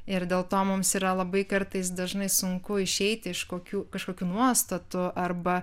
ir dėl to mums yra labai kartais dažnai sunku išeiti iš kokių kažkokių nuostatų arba